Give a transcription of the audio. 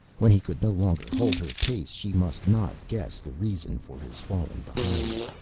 when he could no longer hold her pace she must not guess the reason for his falling behind.